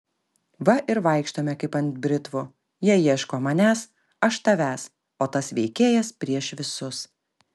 va ir vaikštome kaip ant britvų jie ieško manęs aš tavęs o tas veikėjas prieš visus